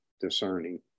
discerning